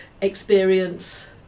experience